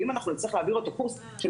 ואם אנחנו נצטרך להעביר אותו קורס של